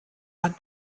man